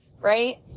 right